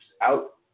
out